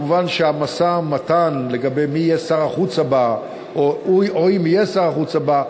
מובן שהמשא-ומתן לגבי מי יהיה שר החוץ הבא או אם יהיה שר החוץ הבא,